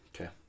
Okay